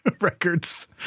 records